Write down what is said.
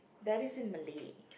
that is in Malay